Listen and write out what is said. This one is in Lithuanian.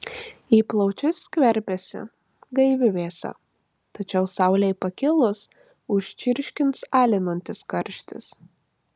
į plaučius skverbiasi gaivi vėsa tačiau saulei pakilus užčirškins alinantis karštis